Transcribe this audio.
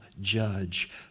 judge